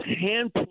hand